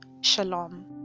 Shalom